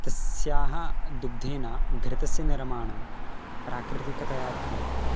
तस्याः दुग्धेन घृतस्य निर्माणं प्राकृतिकतया क्रियते